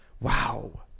Wow